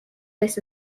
this